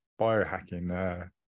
biohacking